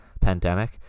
pandemic